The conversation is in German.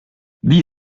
wie